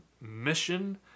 mission